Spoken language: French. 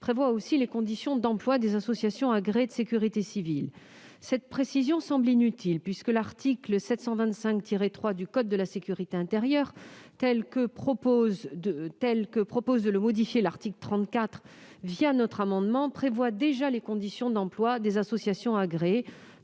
prévoit aussi les conditions d'emploi des associations agréées de sécurité civile. Cette précision semble inutile, puisque l'article 725-3 du code de la sécurité intérieure tel que propose de le modifier l'article 34 notre amendement prévoit déjà les conditions d'emploi des associations agréées